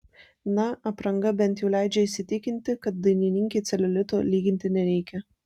na apranga bent jau leidžia įsitikinti kad dainininkei celiulito lyginti nereikia